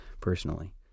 personally